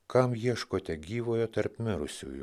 kam ieškote gyvojo tarp mirusiųjų